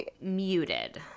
muted